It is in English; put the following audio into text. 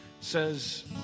says